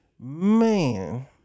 Man